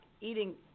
eating